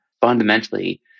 fundamentally